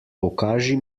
pokaži